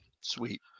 sweet